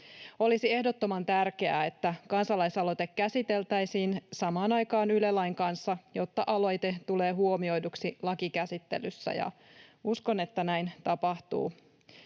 Olisi ehdottoman tärkeää, että kansalaisaloite käsiteltäisiin samaan aikaan Yle-lain kanssa, jotta aloite tulee huomioiduksi lakikäsittelyssä, ja uskon, että näin tapahtuu.